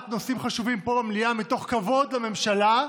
נושאים חשובים פה במליאה מתוך כבוד לממשלה.